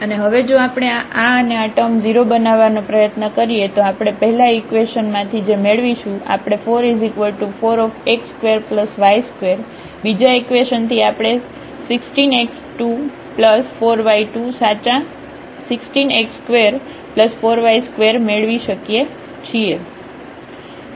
અને હવે જો આપણે આ અને આ ટર્મ 0 બનાવવાનો પ્રયત્ન કરીએ તો આપણે પહેલા ઇકવેશન માંથી જે મેળવીશું આપણે 4 4 x2 y2 બીજા ઇક્વેશનથી આપણે 16x2 4y2 સાચા 16x24y2 મેળવીએ છીએ